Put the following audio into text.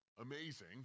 Amazing